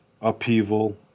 upheaval